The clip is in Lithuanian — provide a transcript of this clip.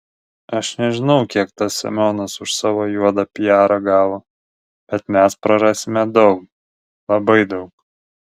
aš nežinau kiek tas semionas už savo juodą piarą gavo bet mes prarasime daug labai daug